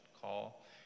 call